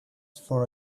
for